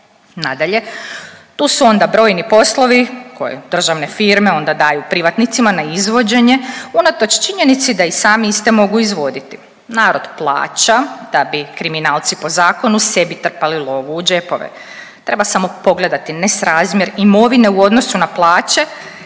Nadalje, tu su onda brojni poslovi koje državne firme onda daju privatnicima na izvođenje unatoč činjenici da i sami iste mogu izvoditi. Narod plaća da bi kriminalci po zakonu sebi trpali lovu u džepove. Treba samo pogledati nesrazmjer imovine u odnosu na plaće